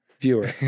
viewer